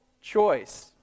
choice